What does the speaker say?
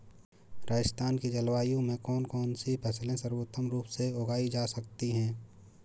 राजस्थान की जलवायु में कौन कौनसी फसलें सर्वोत्तम रूप से उगाई जा सकती हैं?